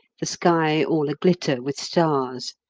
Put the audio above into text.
the sky all a-glitter with stars.